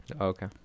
Okay